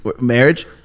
Marriage